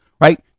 right